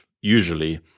usually